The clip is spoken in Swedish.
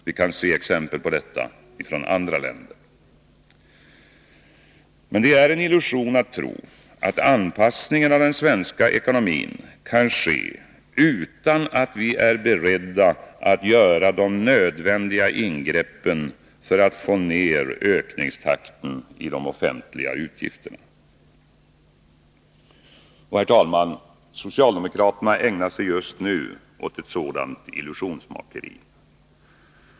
Vi har exempel på detta från andra länder. Men det är en illusion att tro att anpassningen av den svenska ekonomin kan ske utan att vi är beredda att göra de nödvändiga ingreppen för att få ned ökningstakten i de offentliga utgifterna. Herr talman! Socialdemokraterna ägnar sig just nu åt ett sådant illusionsmakeri.